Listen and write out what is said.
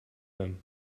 them